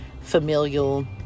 familial